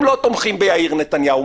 הם לא תומכים ביאיר נתניהו,